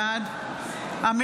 חברי הכנסת, אני מבקש לשמור על שקט.